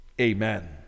Amen